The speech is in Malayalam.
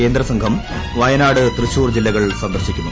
കേന്ദ്രസംഘം വയനാട് തൃശൂർ ജില്ലകൾ സന്ദർശിക്കുന്നു